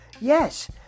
yes